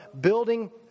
building